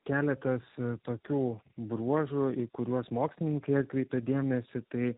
keletas tokių bruožų į kuriuos mokslininkia atkreipia dėmesį tai